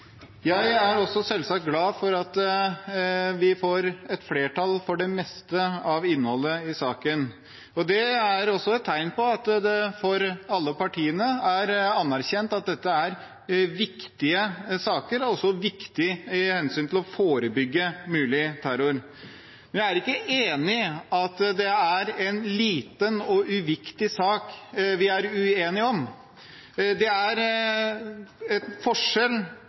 Jeg er selvsagt glad for at vi får flertall for det meste av innholdet i saken. Det er et tegn på at det for alle partiene er anerkjent at dette er viktige saker som også er viktige med hensyn til å forebygge mulig terror. Men jeg er ikke enig i at det er en liten og uviktig sak som vi er uenige om, det er om en forskjell